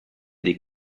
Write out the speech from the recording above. des